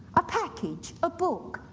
a package, a book,